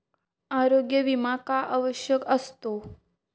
आरोग्य विमा का आवश्यक असतो?